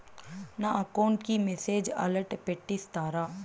నా అకౌంట్ కి message alert పెట్టిస్తారా